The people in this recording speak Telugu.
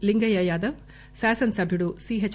లింగయ్య యాదవ్ శాసనసభ్యుడు సీహెచ్